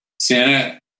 Santa